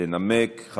לנמק.